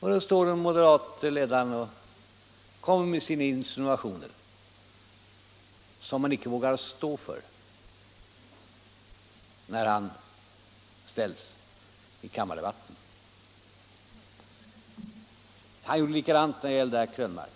Och då kommer den moderate ledaren med sina insinuationer, som han sedan icke vågar stå för när han blev ställd i kammardebatten. Han gjorde likadant när det gäller herr Krönmark.